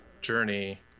journey